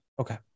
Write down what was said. Okay